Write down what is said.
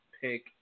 pick